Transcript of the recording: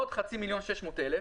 עוד חצי מיליון עד 600,000,